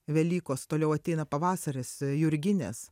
velykos toliau ateina pavasaris jurginės